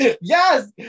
Yes